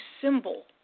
symbol